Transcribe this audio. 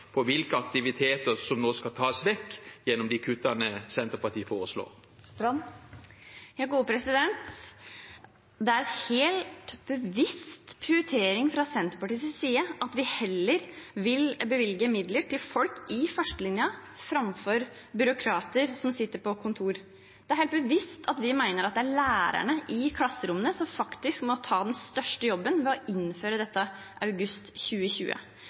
på hvilke aktiviteter som nå skal tas vekk gjennom de kuttene Senterpartiet foreslår? Det er en helt bevisst prioritering fra Senterpartiets side at vi heller vil bevilge midler til folk i førstelinjen framfor til byråkrater som sitter på kontor. Det er helt bevisst at vi mener det er lærerne i klasserommene som faktisk må ta den største jobben med å innføre dette i august 2020.